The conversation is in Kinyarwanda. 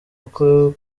uko